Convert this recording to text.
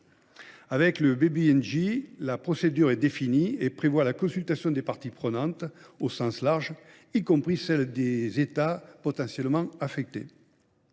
; le BBNJ définit une procédure et prévoit la consultation des parties prenantes au sens large, y compris celle des États potentiellement affectés.